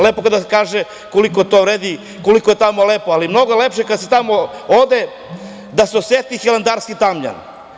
Lepo je kada se kaže koliko to vredi, koliko je tamo lepo, ali mnogo je lepše kad se tamo ode, da se oseti hilandarski tamjan.